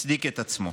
הצדיק את עצמו".